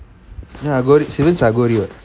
அகோரி:agori siblings are அகோரி:agori [what]